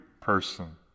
person